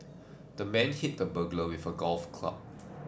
the man hit the burglar with a golf club